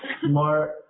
Smart